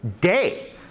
day